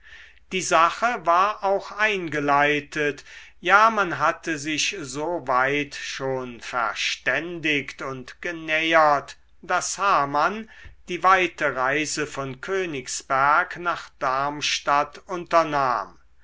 die sache war auch eingeleitet ja man hatte sich so weit schon verständigt und genähert daß hamann die weite reise von königsberg nach darmstadt